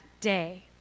day